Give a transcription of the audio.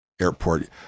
airport